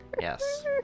Yes